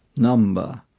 number,